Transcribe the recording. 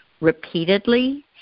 repeatedly